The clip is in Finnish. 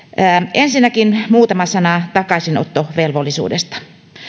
ensinnäkin muutama sana takaisinottovelvollisuudesta